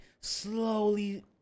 slowly